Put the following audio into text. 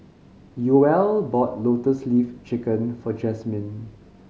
Yoel bought Lotus Leaf Chicken for Jasmyn